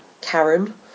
Karen